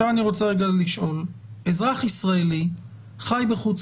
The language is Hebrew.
אזרח ישראלי חי בחוץ